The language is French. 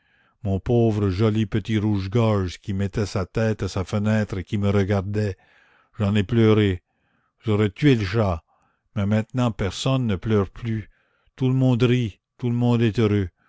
mon pauvre joli petit rouge-gorge qui mettait sa tête à sa fenêtre et qui me regardait j'en ai pleuré j'aurais tué le chat mais maintenant personne ne pleure plus tout le monde rit tout le monde est heureux